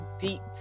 deep